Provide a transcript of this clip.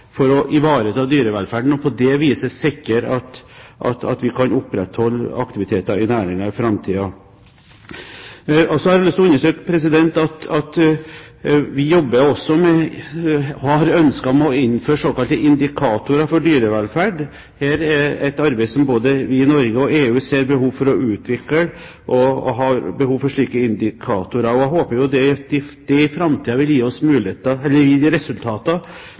for å ivareta dyrevelferden og på det viset sikre at vi kan opprettholde aktiviteten i næringen i framtiden. Så har jeg lyst til å understreke at vi også jobber med og har ønske om å innføre såkalte indikatorer for dyrevelferd. Det å ha slike indikatorer er et arbeid som både Norge og EU ser behov for å utvikle. Jeg håper at det i framtiden vil gi resultater